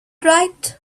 right